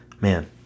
man